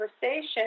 conversation